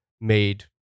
made